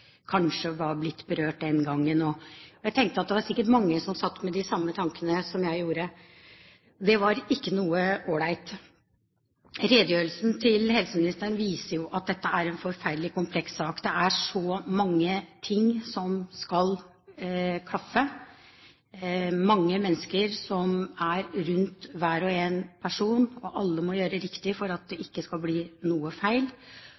blitt berørt den gangen, og jeg tenkte at det sikkert var mange som satt med de samme tankene som jeg gjorde. Det var ikke noe all right. Redegjørelsen til helseministeren viser jo at dette er en forferdelig kompleks sak. Det er så mange ting som skal klaffe. Det er mange mennesker som er rundt hver og en person, og alle må ting gjøre riktig for at det ikke skal bli noe feil,